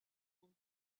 sand